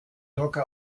dogge